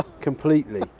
completely